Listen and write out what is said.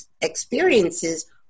experiences